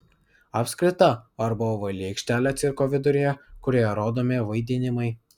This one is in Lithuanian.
apskrita arba ovali aikštelė cirko viduryje kurioje rodomi vaidinimai